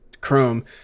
Chrome